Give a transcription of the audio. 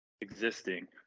existing